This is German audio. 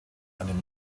einem